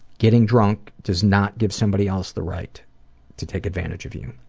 getting drunk does not give somebody else the right to take advantage of you.